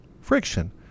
friction